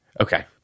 okay